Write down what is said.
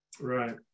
right